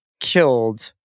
killed